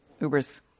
Uber's